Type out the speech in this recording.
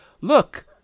look